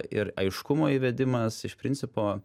ir aiškumo įvedimas iš principo